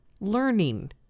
Learning